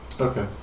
Okay